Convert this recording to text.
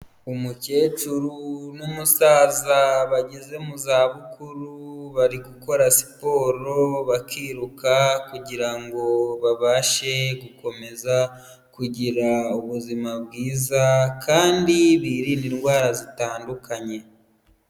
Umukecuru n'umusaza bageze mu zabukuru, bari gukora siporo, bakiruka kugira ngo babashe gukomeza kugira ubuzima bwiza kandi birinde indwara zitandukanye.